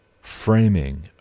framing